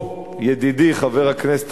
או ידידי חבר הכנסת,